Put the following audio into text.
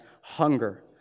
hunger